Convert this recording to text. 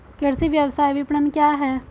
कृषि व्यवसाय विपणन क्या है?